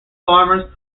farmers